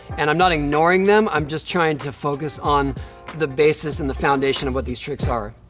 and i'm not ignoring them. i'm just trying to focus on the basis and the foundation of what these tricks are.